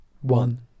one